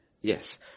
Yes